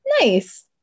nice